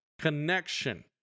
connection